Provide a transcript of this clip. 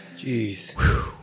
Jeez